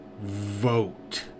vote